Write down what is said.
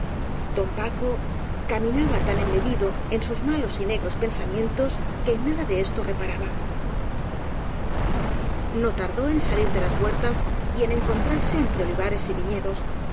don paco caminaba tan embebecido en sus ma los y negros pensamientos que en nada de esto re paraba no tardó en salir de las huertas y en encontrar se entre olivares y viñedos